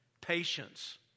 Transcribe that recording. patience